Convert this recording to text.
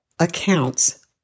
Accounts